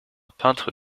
peintre